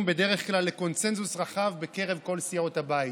בדרך כלל לקונסנזוס רב בקרב כל סיעות הבית,